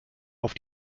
auf